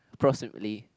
approximately